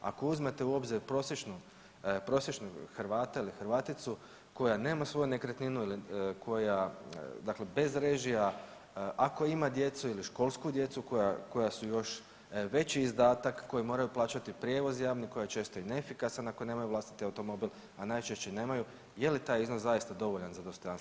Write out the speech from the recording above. Ako uzmete u obzir prosječnog Hrvata ili Hrvaticu koje nema svoju nekretninu ili koja bez režija ako ima djecu ili školsku djecu koja su još veći izdatak koji moraju plaćati prijevoz javni, koji je često i neefikasan ako nemaju vlastiti automobil, a najčešće nemaju je li taj iznos zaista dovoljan za dostojanstveni život?